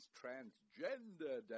transgender